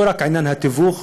לא רק בעניין התיווך